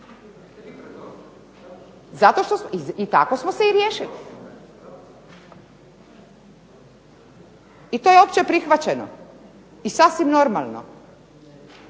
Tako smo se i riješili. I to je opće prihvaćeno i sasvim normalno.